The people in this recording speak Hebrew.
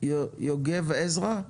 יוגב עזרא.